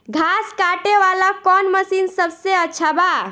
घास काटे वाला कौन मशीन सबसे अच्छा बा?